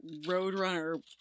Roadrunner